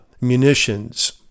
munitions